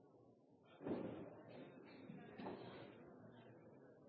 store